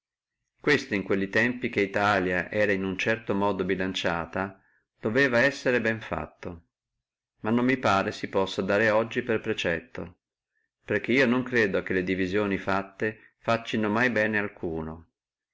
questo in quelli tempi che italia era in uno certo modo bilanciata doveva essere ben fatto ma non credo che si possa dare oggi per precetto perché io non credo che le divisioni facessino mai bene alcuno